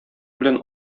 белән